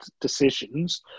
decisions